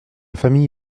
famille